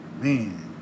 man